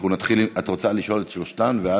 את רוצה לשאול את שלושתן?